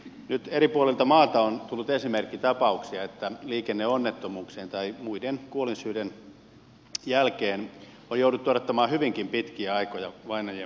nyt eri puolilta maata on tullut esimerkkitapauksia että liikenneonnettomuuksien tai muiden kuolinsyiden jälkeen on jouduttu odottamaan hyvinkin pitkiä aikoja vainajien poissiirtoa